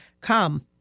come